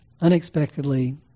unexpectedly